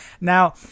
Now